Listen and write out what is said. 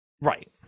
Right